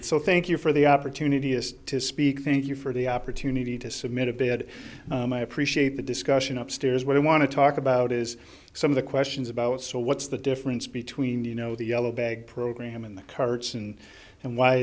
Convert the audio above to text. it so thank you for the opportunity is to speak thank you for the opportunity to submit a bit appreciate the discussion upstairs what i want to talk about is some of the questions about so what's the difference between you know the yellow bag program in the carts and and w